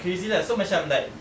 crazy lah so macam like